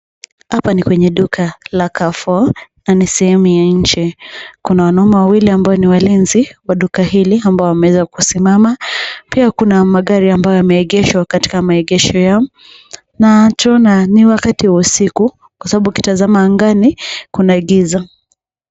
Hapa ni kwenye duka la Carrefour na ni sehemu ya nje. Kuna wanaume wawili ambao ni walinzi wa duka hili ambao wameweza kusimama . Pia kuna magari ambayo yameegeshwa katika maegesho yao na tunaona ni wakati wa usiku kwa sababu ukitazama angani kuna giza.